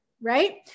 right